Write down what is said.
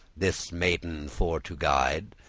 this maiden for to guide,